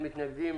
אין מתנגדים.